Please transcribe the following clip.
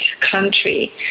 country